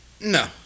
No